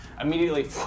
immediately